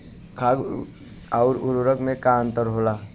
खाद्य आउर उर्वरक में का अंतर होला?